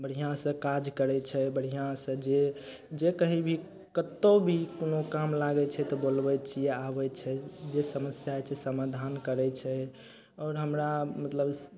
बढ़िआँसँ काज करय छै बढ़िआँसँ जे जे कहीं भी कतहु भी कोनो काम लागय छै तऽ बोलबय छियै आबय छै जे समस्याके समाधान करय छै आओर हमरा मतलब